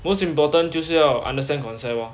most important 就是要 understand concept lor